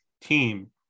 team